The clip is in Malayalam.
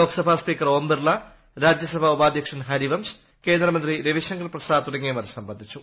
ലോക്സഭാ സ്പീക്കർ ഓംബിർല രാജ്യസഭാ ഉപാധ്യക്ഷൻ ഹരിവംശ് കേന്ദ്രമന്ത്രി രവിശങ്കർ പ്രസാദ് തുടങ്ങിയവർ സംബന്ധിച്ചു